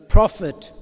Prophet